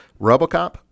Robocop